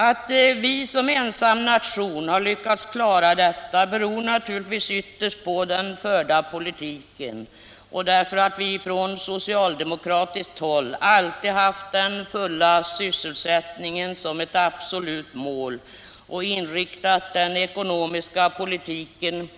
Att Sverige som ensam nation har lyckats klara detta beror naturligtvis yfterst på den förda politiken och på att vi på socialdemokratisk håll alltid haft den fulla sysselsättningen som ett absolut mål och utvecklat den ekonomiska politiken